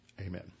Amen